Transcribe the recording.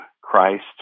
Christ